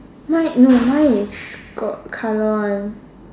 mine no mine is got colour one